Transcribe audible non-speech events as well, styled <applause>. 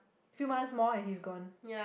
few months more and he's gone <breath>